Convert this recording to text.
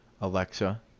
Alexa